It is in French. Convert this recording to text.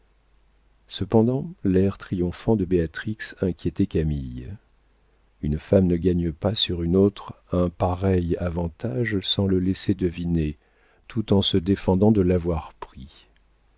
cependant l'air triomphant de béatrix inquiétait camille une femme ne gagne pas sur une autre un pareil avantage sans le laisser deviner tout en se défendant de l'avoir pris